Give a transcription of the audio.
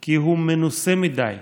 כי הוא מנוסה מדי.